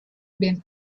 been